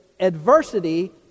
Adversity